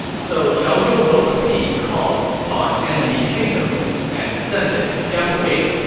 so qiao zhou wrote a piece called on enemy kingdoms, and sent it to jiang wei.